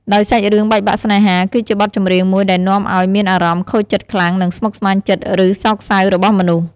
ដោយសាច់រឿងបែកបាក់ស្នេហា គឺជាបទចម្រៀងមួយដែលនាំអោយមានអារម្មណ៍ខូចចិត្តខ្លាំង និងស្មុគស្មាញចិត្តឬសោកសៅរបស់មនុស្ស។